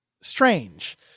strange